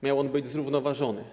Miał on być zrównoważony.